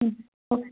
ಹ್ಞೂ ಓಕೆ